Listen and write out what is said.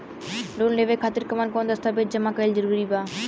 Loan लेवे खातिर कवन कवन दस्तावेज जमा कइल जरूरी बा?